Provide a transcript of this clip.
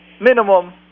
minimum